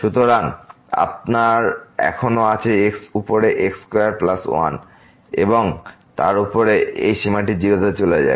সুতরাং আপনার এখনও আছে x উপরে x স্কয়ার প্লাস 1 এর এবং তারপরে এই সীমাটি 0 তে চলে যাবে